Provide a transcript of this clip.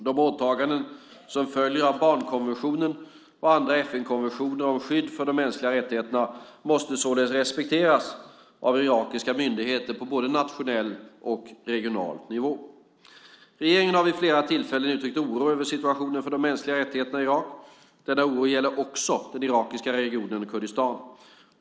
De åtaganden som följer av barnkonventionen och andra FN-konventioner om skydd för de mänskliga rättigheterna måste således respekteras av irakiska myndigheter på både nationell och regional nivå. Regeringen har vid flera tillfällen uttryckt oro över situationen för de mänskliga rättigheterna i Irak. Denna oro gäller också den irakiska regionen Kurdistan.